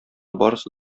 барысы